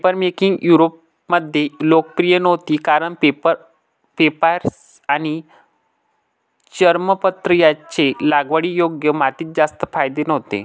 papermaking युरोपमध्ये लोकप्रिय नव्हती कारण पेपायरस आणि चर्मपत्र यांचे लागवडीयोग्य मातीत जास्त फायदे नव्हते